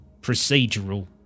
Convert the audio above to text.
procedural